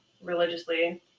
religiously